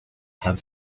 have